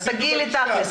אז תגיעי לתכלס.